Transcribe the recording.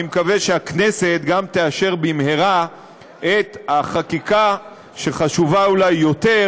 אני מקווה שהכנסת גם תאשר במהרה את החקיקה שחשובה אולי יותר,